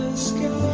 skin